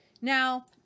Now